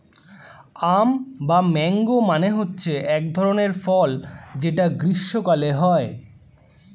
আম বা ম্যাংগো মানে হচ্ছে এক ধরনের ফল যেটা গ্রীস্মকালে হয়